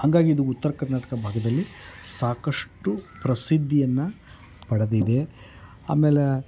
ಹಂಗಾಗಿ ಇದು ಉತ್ತರ ಕರ್ನಾಟಕ ಭಾಗದಲ್ಲಿ ಸಾಕಷ್ಟು ಪ್ರಸಿದ್ಧಿಯನ್ನು ಪಡೆದಿದೆ ಆಮೇಲೆ